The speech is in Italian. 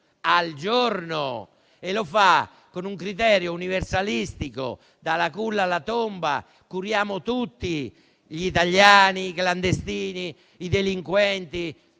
al giorno e lo fa con un criterio universalistico, dalla culla alla tomba. Curiamo tutti: gli italiani, i clandestini, i delinquenti,